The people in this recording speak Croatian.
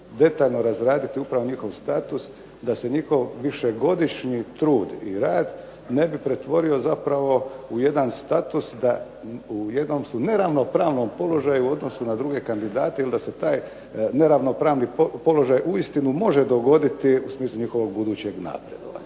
detaljno razraditi upravo njihov status da se njihov višegodišnji trud i rad ne bi pretvorio zapravo u jedan status da u jednom su neravnopravnom položaju u odnosu na druge kandidate ili da se taj neravnopravni položaj uistinu može dogoditi u smislu njihovog budućeg napredovanja.